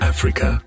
Africa